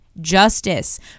justice